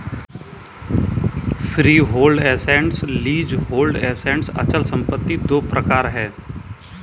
freehold assets, leasehold assets अचल संपत्ति दो प्रकार है